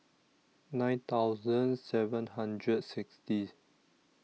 nine thousand seven hundred sixty